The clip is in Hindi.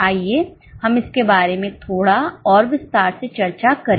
आइए हम इसके बारे में थोड़ा और विस्तार से चर्चा करें